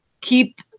keep